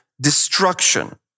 destruction